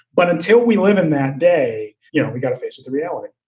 but until we live in that day, you know, we've got to face and the reality